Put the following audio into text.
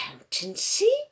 Accountancy